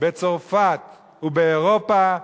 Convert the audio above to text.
בצרפת ובאירופה,